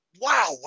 wow